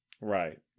Right